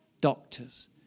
doctors